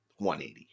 180